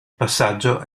passaggio